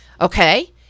Okay